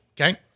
Okay